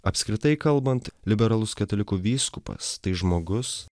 apskritai kalbant liberalus katalikų vyskupas tai žmogus